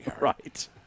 right